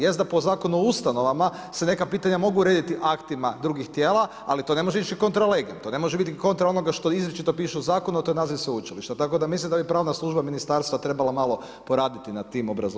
Jest da po Zakonu o ustanovama se neka pitanja mogu urediti aktima drugih tijela, ali to ne može ići contra lege, to ne može ići kontra onoga što izričito piše u zakonu a to je naziv sveučilišta tako da mislim da bi pravna služba ministarstva trebala poraditi na tim obrazloženjima.